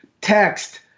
text